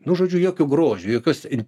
nu žodžiu jokio grožio jokios